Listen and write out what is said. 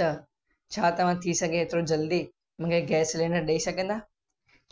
त छा तव्हां थी सघे एतिरो जल्दी मूंखे गैस सिलैंडर ॾेई सघंदा